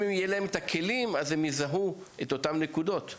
אם יהיו להם את הכלים אז הם יזהו את אותן נקודות.